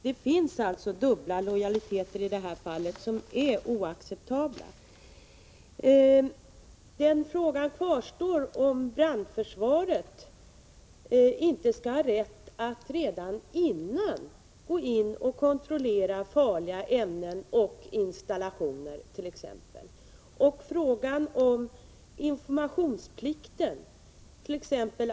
Det finns dubbla lojaliteter här som är oacceptabla. Frågan kvarstår om brandförsvaret inte skall ha rätt att redan innan gå in och kontrollera farliga ämnen och installationer t.ex. Och beträffande informationsplikt —t.ex.